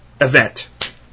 event